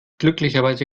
glücklicherweise